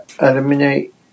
eliminate